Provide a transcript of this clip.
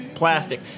Plastic